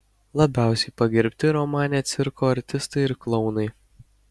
labiausiai pagerbti romane cirko artistai ir klounai